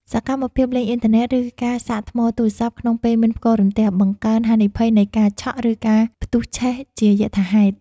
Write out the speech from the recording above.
សកម្មភាពលេងអ៊ីនធឺណិត ឬការសាកថ្មទូរស័ព្ទក្នុងពេលមានផ្គររន្ទះ បង្កើនហានិភ័យនៃការឆក់ ឬការផ្ទុះឆេះជាយថាហេតុ។